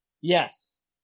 Yes